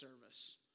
service